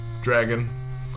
Dragon